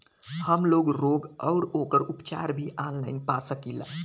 हमलोग रोग अउर ओकर उपचार भी ऑनलाइन पा सकीला?